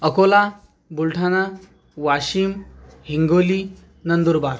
Akola Buldhana Washim Hingoli Nandurbar